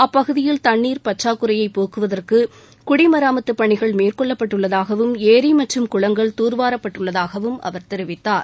அப்பகுதியில் தண்ணீர் பற்றாக்குறையை போக்குவதற்கு குடிமராமத்துப்பணிகள் மேற்கொள்ளப்பட்டுள்ளதாகவும் ஏரி மற்றும் குளங்கள் தூர்வாரப்பட்டுள்ளதாகவும் அவர் தெரிவித்தார்